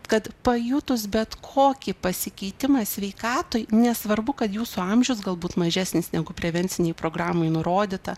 kad pajutus bet kokį pasikeitimą sveikatoj nesvarbu kad jūsų amžius galbūt mažesnis negu prevencinėj programoj nurodyta